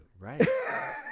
right